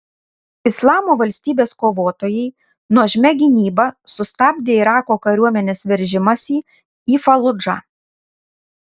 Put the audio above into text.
islamo valstybės kovotojai nuožmia gynyba sustabdė irako kariuomenės veržimąsi į faludžą